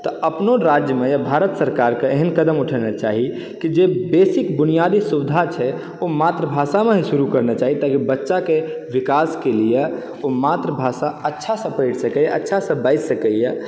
तऽ अपनो राज्यमे या भारत सरकारके एहन कदम उठेनाइ चाही कि जे बेसिक बुनियादी सुबिधा छै ओ मातृभाषामे ही शुरू कयनाइ चाही ताकि बच्चाके विकासके लियऽ ओ मातृभाषा अच्छासँ पढ़ि सकैत अच्छासँ बाजि सकैए